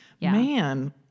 Man